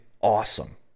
awesome